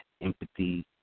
empathy